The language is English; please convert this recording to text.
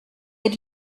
had